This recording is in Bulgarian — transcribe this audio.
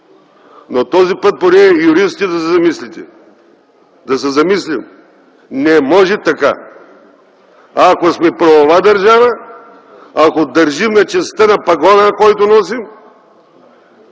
но този път поне юристите да се замислите. Да се замислим – не може така. Ако сме правова държава, ако държим на честта на пагона...(реплики